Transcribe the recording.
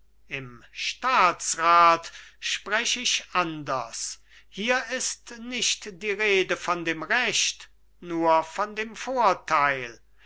im staatsrat sprech ich anders hier ist nicht die rede von dem recht nur von dem vorteil